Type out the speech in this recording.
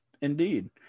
indeed